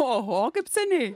oho kaip seniai